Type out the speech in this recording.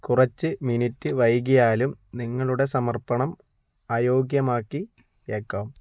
കുറച്ച് മിനുട്ട് വൈകിയാലും നിങ്ങളുടെ സമർപ്പണം അയോഗ്യമാക്കിയേക്കാം